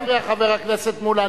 נא לא להפריע, חבר הכנסת מולה.